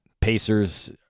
Pacers